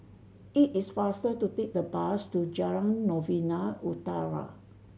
it is faster to take the bus to Jalan Novena Utara